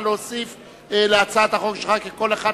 נא להוסיף להצעת החוק שלך כי כל אחת